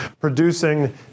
producing